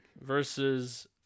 versus